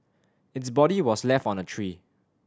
its body was left on a tree